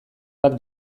bat